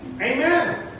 Amen